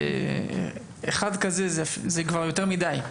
אחד כזה זה כבר יותר מידי.